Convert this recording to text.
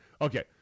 Okay